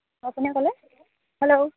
অঁ কোনে ক'লে হেল্ল'